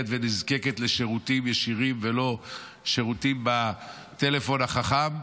שנזקקת לשירותים ישירים ולא לשירותים בטלפון החכם,